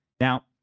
Now